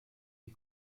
die